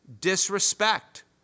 disrespect